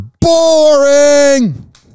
boring